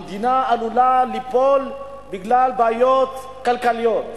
המדינה עלולה ליפול בגלל בעיות כלכליות.